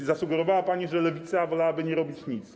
I zasugerowała pani, że Lewica wolałaby nie robić nic.